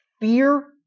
fear